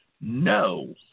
No